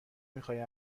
میخای